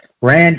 Rand